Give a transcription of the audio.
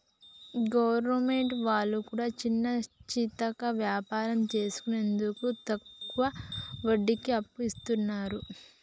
government వాళ్లు కూడా చిన్నాచితక వ్యాపారం చేసుకునేందుకు తక్కువ వడ్డీకి అప్పు ఇస్తున్నరు